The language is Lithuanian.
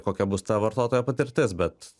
kokia bus ta vartotojo patirtis bet